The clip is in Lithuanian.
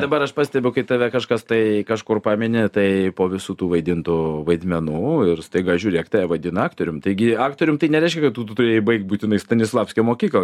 dabar aš pastebiu kai tave kažkas tai kažkur pamini tai po visų tų vaidintų vaidmenų ir staiga žiūrėk tave vadina aktorium taigi aktorium tai nereiškia kad turėjai baigt būtinai stanislavskio mokyklą